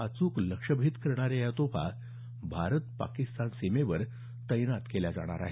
अचूक लक्ष्य भेद करणाऱ्या या तोफा भारत पाकिस्तान सीमारेषेवर तैनात केल्या जाणार आहेत